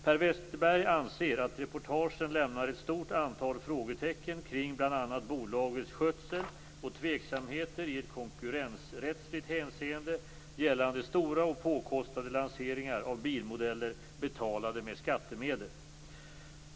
Per Westerberg anser att reportagen lämnar ett stort antal frågetecken kring bl.a. bolagets skötsel och tveksamheter i ett konkurrensrättsligt hänseende gällande stora och påkostade lanseringar av bilmodeller betalade med skattemedel.